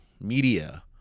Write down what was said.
media